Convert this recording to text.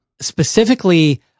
specifically